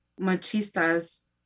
machistas